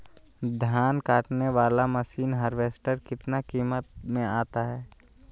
धान कटने बाला मसीन हार्बेस्टार कितना किमत में आता है?